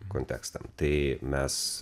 kontekstam tai mes